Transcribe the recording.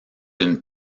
une